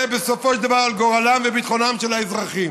בסופו של דבר על גורלם וביטחונם של האזרחים.